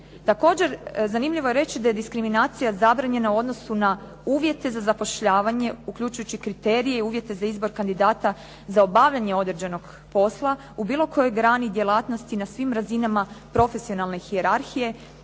Također zanimljivo je reći da je diskriminacija zabranjena u odnosu na uvjete za zapošljavanje uključujući kriterije i uvjete za izbor kandidata za obavljanje određenog posla u bilo kojoj grani djelatnosti na svim razinama profesionalne hijerarhije,